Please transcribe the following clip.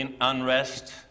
unrest